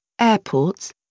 airports